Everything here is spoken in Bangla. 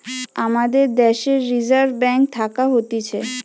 আমাদের দ্যাশের রিজার্ভ ব্যাঙ্ক থাকে হতিছে